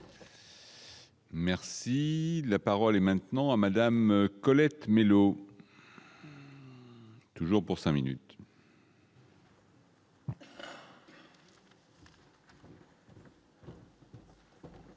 Merci, la parole est maintenant à Madame Colette Mélot. Toujours pour 5 minutes.